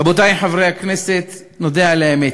רבותי חברי הכנסת, נודה על האמת: